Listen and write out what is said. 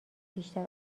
بیشتر